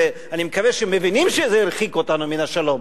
ואני מקווה שמבינים שזה הרחיק אותנו מן השלום,